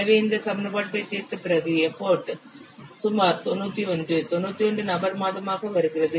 எனவே இந்த சமன்பாட்டைத் தீர்த்த பிறகு எப்போட் சுமார் 91 91 நபர் மாதமாக வருகிறது